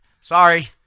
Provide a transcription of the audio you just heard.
sorry